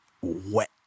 wet